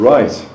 Right